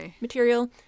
material